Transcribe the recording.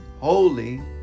holy